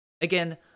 Again